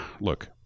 look